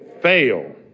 fail